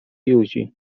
józi